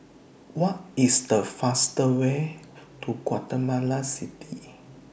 What IS The fastest Way to Guatemala City